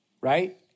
Right